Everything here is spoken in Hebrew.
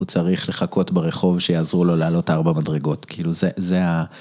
הוא צריך לחכות ברחוב שיעזרו לו לעלות ארבע מדרגות, כאילו זה, זה ה...